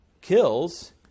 kills